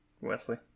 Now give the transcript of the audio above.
Wesley